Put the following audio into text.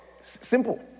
Simple